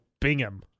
Bingham